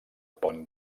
pont